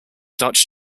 dutch